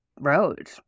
road